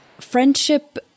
friendship